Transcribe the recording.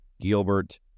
Gilbert